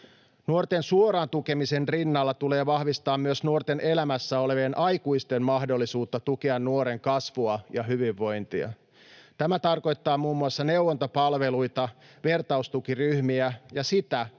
Nuorten suoran tukemisen rinnalla tulee vahvistaa myös nuorten elämässä olevien aikuisten mahdollisuutta tukea nuoren kasvua ja hyvinvointia. Tämä tarkoittaa muun muassa neuvontapalveluita, vertaistukiryhmiä ja sitä,